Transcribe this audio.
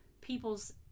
people's